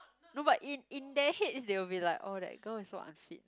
no but in in their heads they will be like oh that girl is so unfit